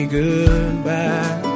goodbye